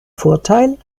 vorteil